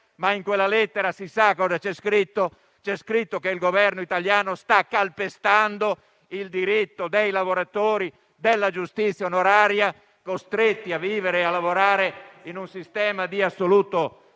che in quella lettera è scritto che il Governo italiano sta calpestando il diritto dei lavoratori della giustizia onoraria, costretti a vivere e lavorare in un sistema di assoluto